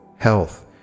Health